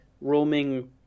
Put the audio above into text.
roaming